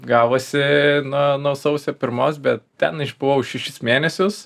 gavosi na nuo sausio pirmos bet ten išbuvau šešis mėnesius